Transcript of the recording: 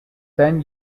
then